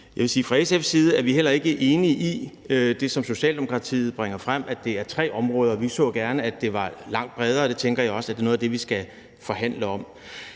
fra SF's side er vi heller ikke enige i det, som Socialdemokratiet bringer frem, nemlig at det er tre områder. Vi så gerne, at det var langt bredere. Det tænker jeg også er noget af det, vi skal forhandle om.